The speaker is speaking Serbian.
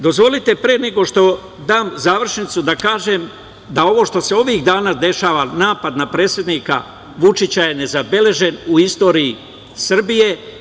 Dozvolite, pre nego što dam završnicu, da kažem da ovo što se ovih dana dešava, napad na predsednika Vučića je nezabeležen u istoriji Srbije.